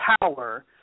power –